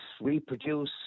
reproduce